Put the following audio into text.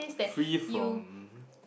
free from